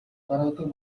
гаргадаг